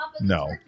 no